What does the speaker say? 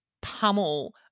pummel